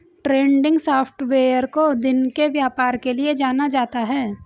trending software को दिन के व्यापार के लिये जाना जाता है